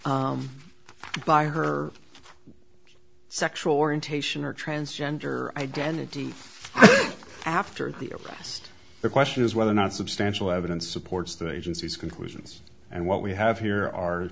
by her sexual orientation or transgender identity after the arrest the question is whether or not substantial evidence supports the agency's conclusions and what we have here are